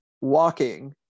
walking